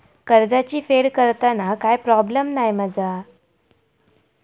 कर्जाची फेड करताना काय प्रोब्लेम नाय मा जा?